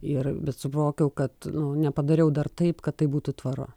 ir bet suvokiau kad nepadariau dar taip kad tai būtų tvaru